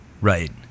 Right